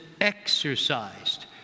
exercised